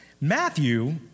Matthew